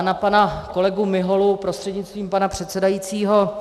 Na pana kolegu Miholu prostřednictvím pana předsedajícího.